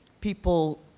people